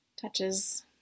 touches